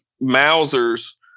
Mausers